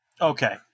Okay